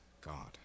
God